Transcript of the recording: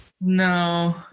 no